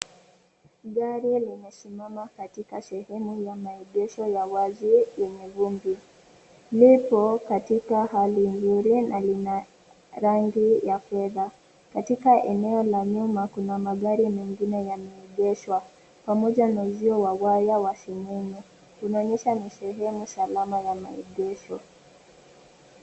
Gari limesimama katika sehemu ya maegesho ya wazi yenye vumbi. Lipo katika hali nzuri na lina rangi ya fedha. Katika eneo la nyuma kuna magari mengine yameegeshwa pamoja na uzio wa waya wa seng'enge. Unaonyesha ni sehemu salama ya maegesho.